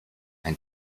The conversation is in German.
ein